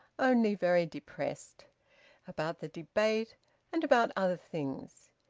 only very depressed about the debate and about other things.